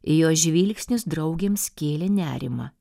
jo žvilgsnis draugėms kėlė nerimą